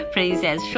Princess